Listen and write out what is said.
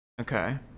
Okay